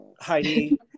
Heidi